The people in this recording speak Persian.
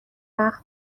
وقت